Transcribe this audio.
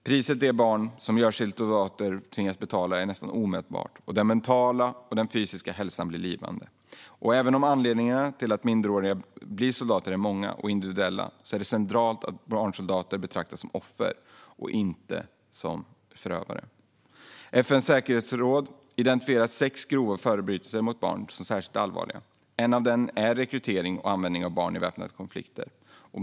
Priset de barn som görs till soldater tvingas betala är nästan omätbart, och både den mentala och den fysiska hälsan blir lidande. Även om anledningarna till att minderåriga blir soldater är många och individuella är det centralt att barnsoldater betraktas som offer och inte som förövare. FN:s säkerhetsråd har identifierat sex grova förbrytelser mot barn som särskilt allvarliga. En av dem är rekrytering och användning av barn i väpnade konflikter.